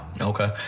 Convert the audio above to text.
Okay